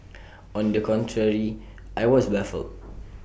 on the contrary I was baffled